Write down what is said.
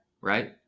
right